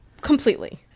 Completely